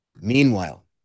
Meanwhile